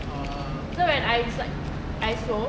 you know when I is like I sew